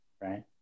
Right